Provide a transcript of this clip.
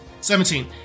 Seventeen